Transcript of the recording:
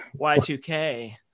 Y2K